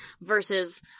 Versus